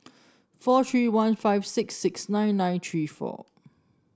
four three one five six six nine nine three four